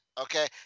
Okay